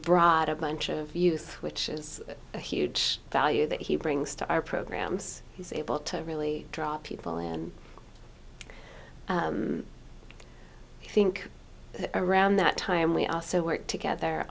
brought a bunch of youth which is a huge value that he brings to our programs he's able to really draw people and i think around that time we also work together